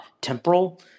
temporal